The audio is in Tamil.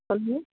சொல்லுங்கள்